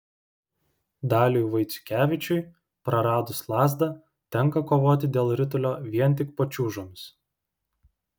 daliui vaiciukevičiui praradus lazdą tenka kovoti dėl ritulio vien tik pačiūžomis